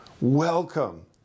Welcome